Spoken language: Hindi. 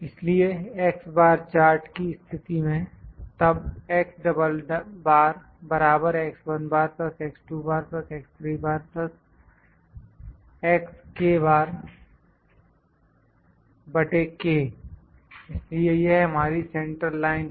इसलिए x बार चार्ट की स्थिति में तब इसलिए यह हमारी सेंट्रल लाइन है